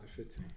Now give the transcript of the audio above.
2015